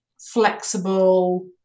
flexible